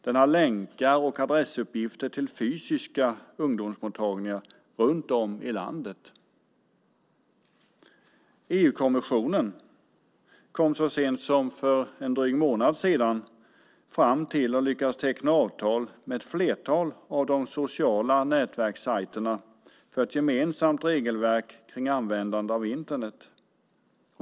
Den har länkar och adressuppgifter till fysiska ungdomsmottagningar runt om i landet. EU-kommissionen lyckades så sent som för en månad sedan teckna avtal med ett flertal av de sociala nätverkssajterna för ett gemensamt regelverk för användning av Internet.